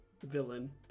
villain